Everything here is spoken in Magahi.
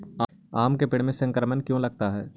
आम के पेड़ में संक्रमण क्यों लगता है?